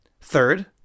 Third